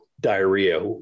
diarrhea